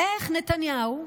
איך נתניהו,